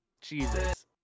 jesus